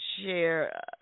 share